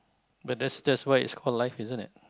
but that's that's why is called life isn't it